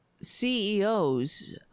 CEOs